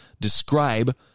describe